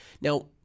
Now